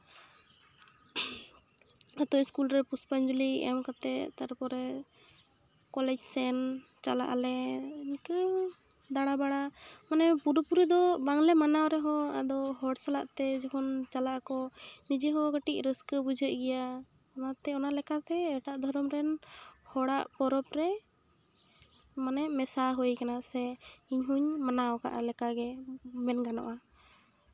ᱟᱛᱳ ᱤᱥᱠᱩᱞᱨᱮ ᱯᱩᱥᱯᱟᱧᱡᱚᱞᱤ ᱮᱢ ᱠᱟᱛᱮ ᱛᱟᱨᱯᱚᱨᱮ ᱠᱚᱞᱮᱡᱽ ᱥᱮᱱ ᱪᱟᱞᱟᱜ ᱟᱞᱮ ᱤᱱᱠᱟᱹ ᱫᱟᱬᱟ ᱵᱟᱲᱟ ᱢᱟᱱᱮ ᱯᱩᱨᱟᱹ ᱯᱩᱨᱤ ᱫᱚ ᱵᱟᱝᱞᱮ ᱢᱟᱱᱟᱣ ᱨᱮᱦᱚᱸ ᱟᱫᱚ ᱦᱚᱲ ᱥᱟᱞᱟᱜ ᱛᱮ ᱡᱚᱠᱷᱚᱱ ᱪᱟᱞᱟᱜ ᱟᱠᱚ ᱱᱤᱡᱮ ᱦᱚᱸ ᱠᱟᱹᱴᱤᱡ ᱨᱟᱹᱥᱠᱟᱹ ᱵᱩᱡᱷᱟᱹᱜ ᱜᱮᱭᱟ ᱚᱱᱟᱛᱮ ᱚᱱᱟᱞᱮᱠᱟᱛᱮ ᱮᱴᱟᱜ ᱫᱷᱚᱨᱚᱢ ᱨᱮᱱ ᱦᱚᱲᱟᱜ ᱯᱚᱨᱚᱵ ᱨᱮ ᱢᱟᱱᱮ ᱢᱮᱥᱟ ᱦᱩᱭ ᱠᱟᱱᱟ ᱥᱮ ᱤᱧ ᱦᱚᱸᱧ ᱢᱟᱱᱟᱣ ᱠᱟᱜ ᱞᱮᱠᱟᱜᱮ ᱢᱮᱱ ᱜᱟᱱᱚᱜᱼᱟ